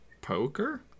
Poker